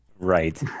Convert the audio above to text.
Right